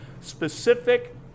specific